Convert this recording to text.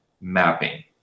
mapping